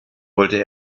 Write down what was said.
wollte